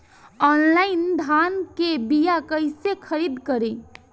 Online धान के बीया कइसे खरीद करी?